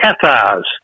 Cathars